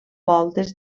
voltes